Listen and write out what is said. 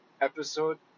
episode